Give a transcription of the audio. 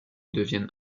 devienne